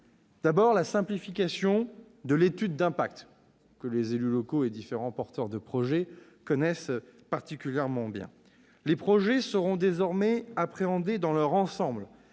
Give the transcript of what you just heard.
D'abord, la simplification de l'étude d'impact que les élus locaux et les différents porteurs de projets connaissent particulièrement bien : les projets seront désormais appréhendés dans leur ensemble,